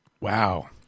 wow